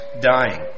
dying